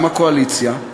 גם הקואליציה,